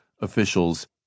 officials